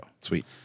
Sweet